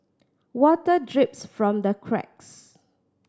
water drips from the cracks